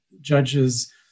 judge's